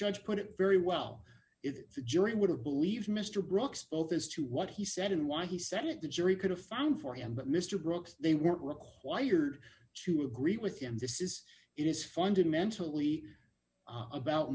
judge put it very well if the jury would have believed mr brock's both as to what he said and why he said it the jury could have found for him but mr brooks they weren't required to agree with him this is it is fundamentally about